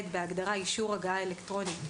בהגדרה" אישור הגעה אלקטרוני",